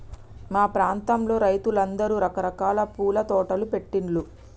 మా ప్రాంతంలో రైతులందరూ రకరకాల పూల తోటలు పెట్టిన్లు